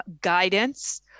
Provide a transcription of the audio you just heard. guidance